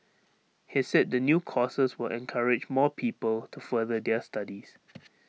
he said the new courses will encourage more people to further their studies